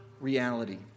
reality